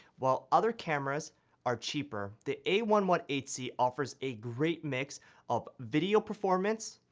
while other cameras are cheaper the a one one eight c offers a great mix of video performance,